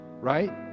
right